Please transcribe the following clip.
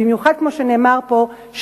במיוחד כמו שנאמר פה,